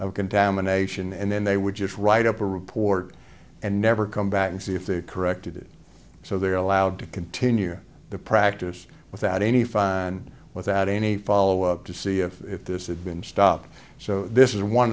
of contamination and then they would just write up a report and never come back and see if they corrected it so they are allowed to continue the practice without any fire and without any follow up to see if this had been stopped so this is one